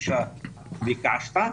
כפי שביקשת,